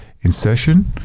insertion